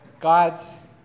God's